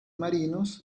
marinos